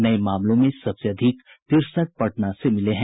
नये मामलों में सबसे अधिक तिरसठ पटना से मिले हैं